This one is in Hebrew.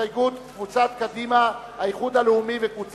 ירים את